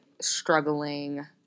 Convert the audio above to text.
struggling